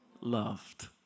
loved